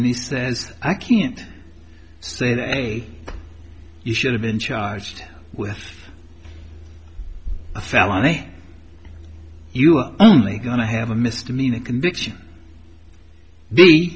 and he says i can't say you should have been charged with a felony you are only going to have a misdemeanor conviction